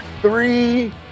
three